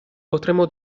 potremo